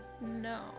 No